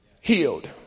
healed